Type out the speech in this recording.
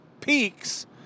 peaks